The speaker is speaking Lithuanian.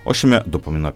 o šiame dopamino